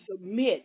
submit